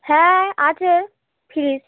হ্যাঁ আছে ফ্রিজ